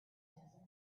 desert